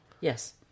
Yes